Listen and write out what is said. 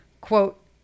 Quote